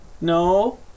no